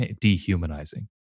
dehumanizing